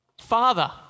Father